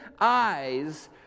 eyes